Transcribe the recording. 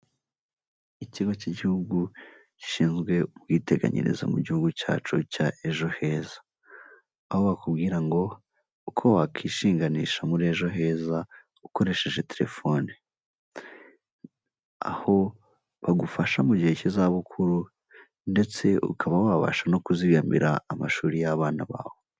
Ikigo cy'igihugu gishinzwe ubwiteganyirize mu gihugu cyacu cya ejo heza, aho wakubwira ngo uko wakwishinganisha muri ejo heza ukoresheje telefone, aho bagufasha mu gihe cy'izabukuru ndetse ukaba wabasha no kuzigamira amashuri y'abana bawe.